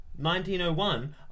1901